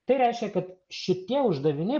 tai reiškia kad šitie uždaviniai